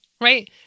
right